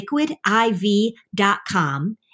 liquidiv.com